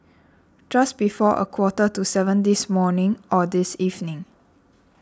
just before a quarter to seven this morning or this evening